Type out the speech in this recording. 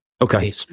Okay